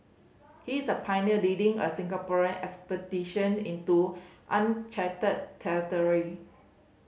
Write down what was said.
he's a pioneer leading a Singaporean expedition into uncharted territory